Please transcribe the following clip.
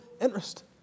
interest